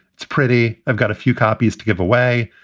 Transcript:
it's pretty. i've got a few copies to give away.